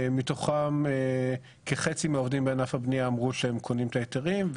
מתוכם כחצי מהעובדים בענף הבנייה אמרו שהם קונים את ההיתרים,